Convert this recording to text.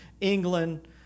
England